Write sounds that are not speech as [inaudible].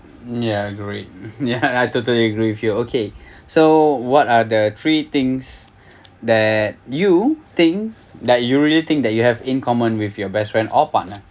ya agreed ya [laughs] I totally agreed with you okay [breath] so what are the three things [breath] that you think that you really think that you have in common with your best friend or partner